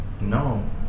No